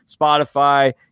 Spotify